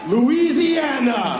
Louisiana